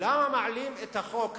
למה מעלים את המספר בחוק?